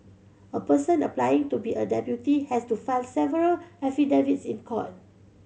a person applying to be a deputy has to file several affidavits in court